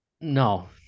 no